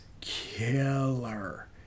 killer